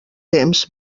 temps